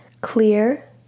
Clear